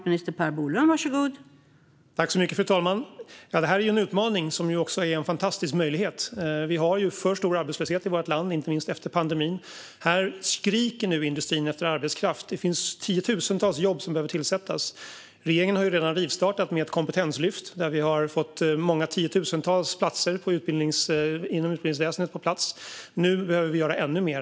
Fru talman! Detta är en utmaning som också är en fantastisk möjlighet. Vi har ju för stor arbetslöshet i vårt land, inte minst efter pandemin. Här skriker nu industrin efter arbetskraft; det finns tiotusentals jobb som behöver tillsättas. Regeringen har redan rivstartat med ett kompetenslyft där vi har fått till många tiotusentals platser inom utbildningsväsendet. Nu behöver vi göra ännu mer.